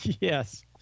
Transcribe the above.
Yes